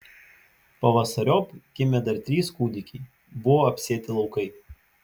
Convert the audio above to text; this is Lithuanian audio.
pavasariop gimė dar trys kūdikiai buvo apsėti laukai